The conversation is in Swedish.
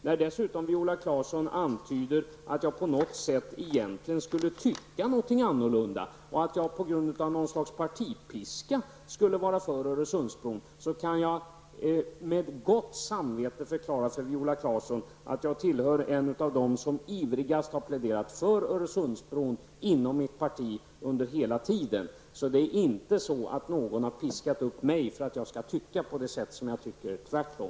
När dessutom Viola Claesson antyder att jag på något sätt egentligen skulle tycka något annorlunda, att jag på grund av något slags partipiska skulle vara för Öresundsbron, kan jag med gott samvete förklara för Viola Claesson att jag är en av dem som under hela tiden ivrigast har pläderat för Öresundsbron inom mitt parti. Det är alltså inte så att någon har piskat upp mig för att jag skall tycka på det sätt jag tycker, tvärtom.